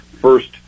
First